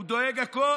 הוא דואג לכול,